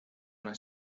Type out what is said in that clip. una